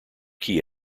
key